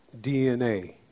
DNA